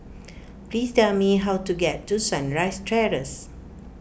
please tell me how to get to Sunrise Terrace